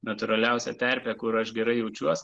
natūraliausia terpė kur aš gerai jaučiuos